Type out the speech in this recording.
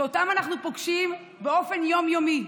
שאותם אנחנו פוגשים באופן יום-יומי: